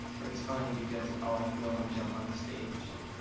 but it's funny because i'll go and jump on a stage.